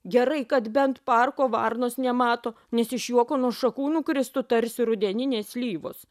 gerai kad bent parko varnos nemato nes iš juoko nuo šakų nukristų tarsi rudeninės slyvos